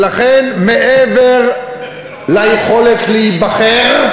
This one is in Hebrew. ולכן, מעבר ליכולת להיבחר,